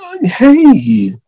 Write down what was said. Hey